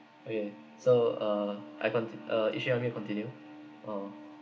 eh so err I conti~ uh if you want me continue oh